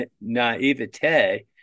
naivete